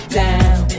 down